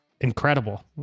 Incredible